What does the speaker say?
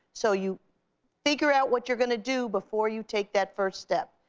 so you figure out what you're gonna do before you take that first step.